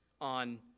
on